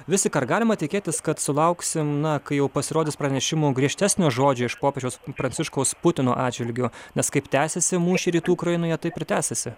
vis tik ar galima tikėtis kad sulauksim na kai jau pasirodys pranešimų griežtesnio žodžio iš popiežiaus pranciškaus putino atžvilgiu nes kaip tęsiasi mūšiai rytų ukrainoje taip ir tęsiasi